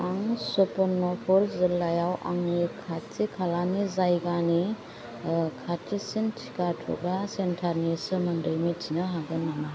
आं सुवर्नपुर जिल्लायाव आंनि आथिखालनि जायगानि खाथिसिन टिका थुग्रा सेन्टार नि सोमोन्दै मिथिनो हागोन नामा